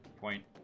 Point